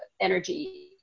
energy